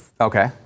Okay